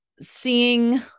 seeing